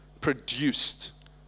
produced